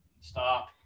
stop